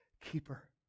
keeper